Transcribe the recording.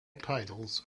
titles